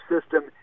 system